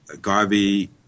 Garvey